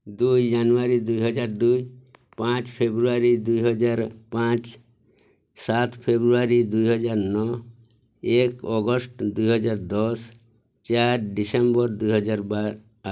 ଦୁଇ ଜାନୁଆରୀ ଦୁଇହଜାର ଦୁଇ ପାଞ୍ଚ ଫେବୃଆରୀ ଦୁଇହଜାର ପାଞ୍ଚ ସାତ ଫେବୃଆରୀ ଦୁଇହଜାର ନଅ ଏକ ଅଗଷ୍ଟ ଦୁଇହଜାର ଦଶ ଚାର ଡିସେମ୍ବର ଦୁଇହଜାର ବାର